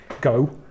Go